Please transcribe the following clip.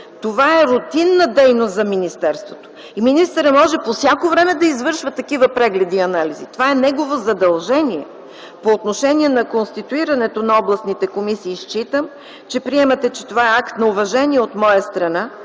Това е рутинна дейност за министерството. Министърът може по всяко време да извършва такива прегледи и анализи. Това е негово задължение. По отношение на конституирането на областните комисии считам, че приемате, че това е акт на уважение от моя страна